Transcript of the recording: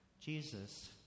Jesus